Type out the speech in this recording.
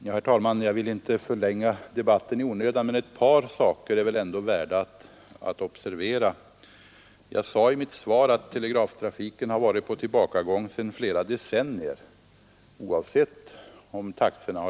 Herr talman! Jag sade i mitt svar att telegramtrafiken har varit på tillba eller stigit.